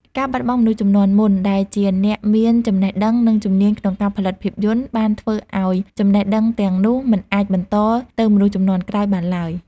ការបាត់បង់ មនុស្សជំនាន់មុន ដែលជាអ្នកមានចំណេះដឹង និងជំនាញក្នុងការផលិតភាពយន្ត បានធ្វើឲ្យចំណេះដឹងទាំងនោះមិនអាចបន្តទៅមនុស្សជំនាន់ក្រោយបានឡើយ។